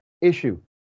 issue